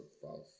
false